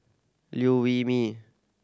Liew Wee Mee